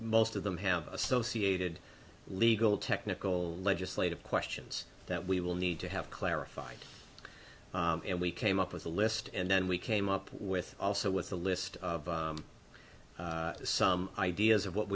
most of them have associated legal technical legislative questions that we will need to have clarified and we came up with a list and then we came up with also with a list of some ideas of what